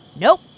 Nope